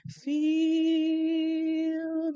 feel